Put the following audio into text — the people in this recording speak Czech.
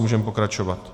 Můžeme pokračovat.